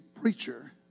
preacher